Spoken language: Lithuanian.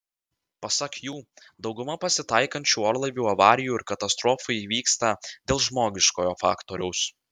pasak jų dauguma pasitaikančių orlaivių avarijų ir katastrofų įvyksta dėl žmogiškojo faktoriaus